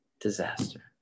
disaster